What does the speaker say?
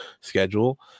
schedule